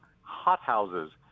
hothouses